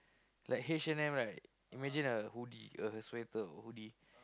like H-and-M right imagine a hoodie a sweater or a hoodie